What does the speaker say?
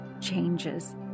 changes